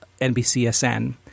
NBCSN